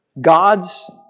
God's